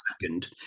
second